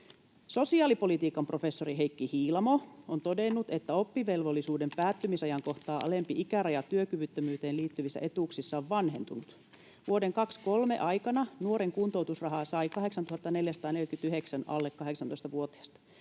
Sosiaalipolitiikan professori Heikki Hiilamo on todennut, että oppivelvollisuuden päättymisajankohtaa alempi ikäraja työkyvyttömyyteen liittyvissä etuuksissa on vanhentunut. Vuoden 23 aikana nuoren kuntoutusrahaa sai 8 449 alle 18-vuotiasta.